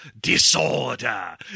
Disorder